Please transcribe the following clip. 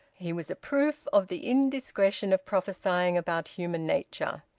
he was a proof of the indiscretion of prophesying about human nature.